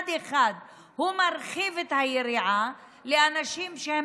מצד אחד הוא מרחיב את היריעה לאנשים שהם